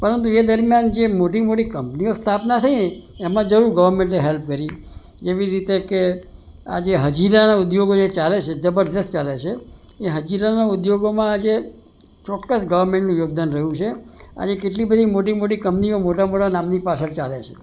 પરંતુ એ દરમિયાન જે મોટી મોટી કંપનીઓ સ્થાપના થઈ એમાં જરૂર ગવર્નમેન્ટે હેલ્પ કરી જેવી રીતે કે આ જે હજીરા ઉદ્યોગો જે ચાલે છે જબરજસ્ત ચાલે છે એ હજીરાના ઉધોગોમાં આજે ચોક્કસ ગવર્નમેન્ટનું યોગદાન રહ્યું છે અને કેટલી બધી મોટી મોટી કંપનીઓ મોટા મોટા નામની પાછળ ચાલે છે